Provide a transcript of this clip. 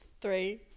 Three